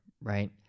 right